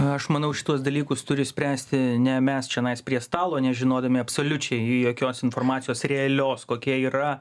aš manau šituos dalykus turi spręsti ne mes čionais prie stalo nežinodami absoliučiai jokios informacijos realios kokia yra